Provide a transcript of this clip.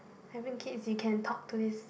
having kids you can talk to this